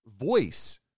voice